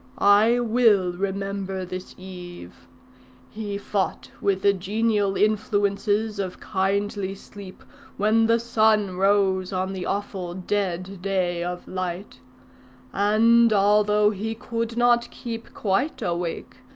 i will remember this eve he fought with the genial influences of kindly sleep when the sun rose on the awful dead day of light and although he could not keep quite awake,